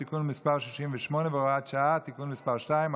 תיקון מס' 68 והוראת שעה) (תיקון מס' 2),